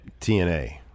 TNA